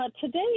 Today